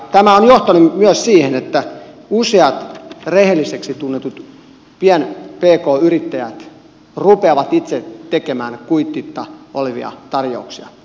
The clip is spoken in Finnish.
tämä on johtanut myös siihen että useat rehelliseksi tunnetut pk yrittäjät rupeavat itse tekemään kuititta olevia tarjouksia rakennustyömailla